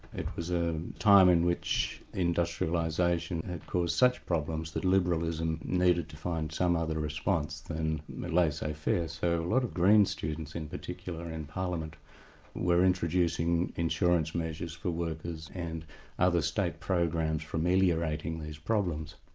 it was a time in which industrialisation had caused such problems that liberalism needed to find some other response than the laissez-faire, so a lot of green's students in particular, in parliament were introducing insurance measures for workers and other state programs for meliorating these problems.